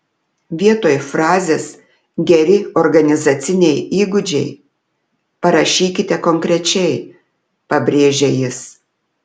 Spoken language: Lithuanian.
vietoj frazės geri organizaciniai įgūdžiai parašykite konkrečiai pabrėžia jis